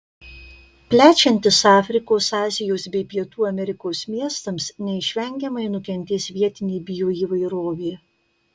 plečiantis afrikos azijos bei pietų amerikos miestams neišvengiamai nukentės vietinė bioįvairovė